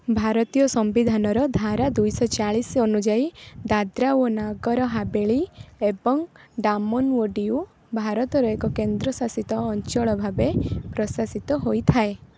ଭାରତୀୟ ସମ୍ବିଧାନର ଧାରା ଦୁଇଶହ ଚାଳିଶ ଅନୁଯାୟୀ ଦାଦ୍ରା ଓ ନଗର ହାବେଳୀ ଏବଂ ଡାମନ ଓ ଡିଉ ଭାରତର ଏକ କେନ୍ଦ୍ର ଶାସିତ ଅଞ୍ଚଳ ଭାବେ ପ୍ରଶାସିତ ହୋଇଥାଏ